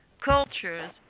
cultures